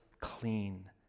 clean